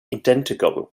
identical